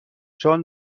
چون